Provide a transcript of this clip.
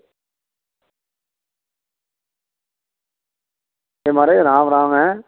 ते महाराज राम राम ऐ